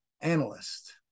analyst